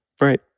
right